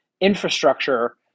infrastructure